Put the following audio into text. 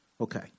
Okay